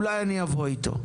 אולי אני אבוא איתו,